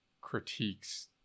critiques